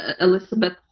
Elizabeth